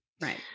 Right